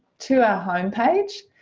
to our homepage.